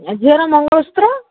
ଆଉ ଝିଅର ମଙ୍ଗଳସୂତ୍ର